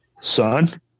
son